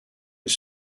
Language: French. les